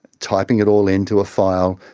typing it all into a file.